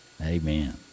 Amen